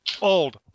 Old